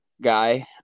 guy